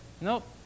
nope